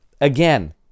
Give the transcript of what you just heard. again